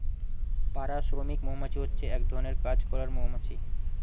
পাড়া শ্রমিক মৌমাছি হচ্ছে এক ধরনের কাজ করার মৌমাছি